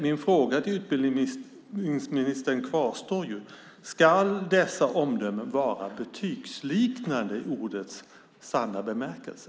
Min fråga till utbildningsministern kvarstår: Ska dessa omdömen vara betygsliknande i ordets sanna bemärkelse?